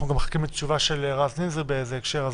אנחנו גם מחכים לתשובה של רז נזרי בהקשר הזה.